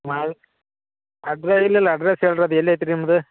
ಮಾಲ್ಕ ಅದ್ರ ಇಲ್ಲ ಇಲ್ಲ ಅಡ್ರೆಸ್ಸ್ ಹೇಳ್ರಿ ಅದು ಎಲೈತಿ ನಿಮ್ದು